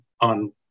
on